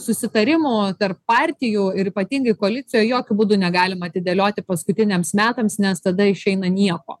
susitarimų tarp partijų ir ypatingai koalicijoj jokiu būdu negalima atidėlioti paskutiniams metams nes tada išeina nieko